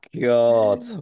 God